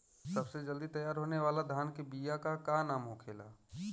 सबसे जल्दी तैयार होने वाला धान के बिया का का नाम होखेला?